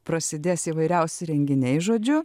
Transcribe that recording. prasidės įvairiausi renginiai žodžiu